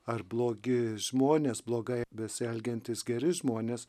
ar blogi žmonės blogai besielgiantys geri žmonės